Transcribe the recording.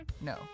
No